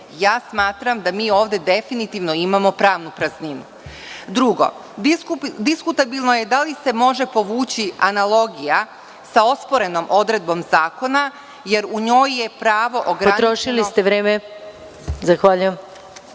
Smatram da mi ovde definitivno imamo pravnu prazninu. Drugo, diskutabilno je da li se može povući analogija sa osporenom odredbom zakona, jer u njoj je pravo ograničeno…. **Maja Gojković** Potrošili ste vreme. Zahvaljujem. Pošto